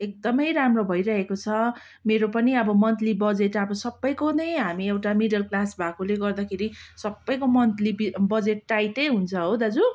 एकदमै राम्रो भइरहेको छ मेरो पनि अब मन्थली बजेट अब सबैको नै अब हामी एउटा मिडल क्लास भएकोले गर्दाखेरि सबैको मन्थली बजेट टाइटै हुन्छ हो दाजु